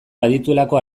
badituelako